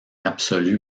absolue